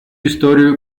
историю